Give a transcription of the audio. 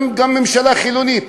גם ממשלה חילונית,